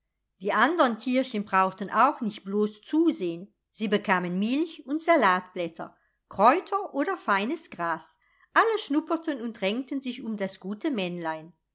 die andern tierchen brauchten auch nicht blos zusehn sie bekamen milch und salatblätter kräuter oder feines gras alle schnupperten und drängten sich um das gute männlein